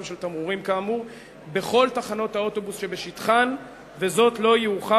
של תמרורים כאמור בכל תחנות האוטובוס שבשטחן לא יאוחר